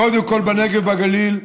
קודם כול בנגב ובגליל.